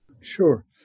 sure